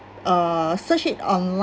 uh search it online